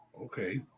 Okay